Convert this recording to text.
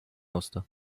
musste